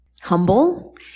humble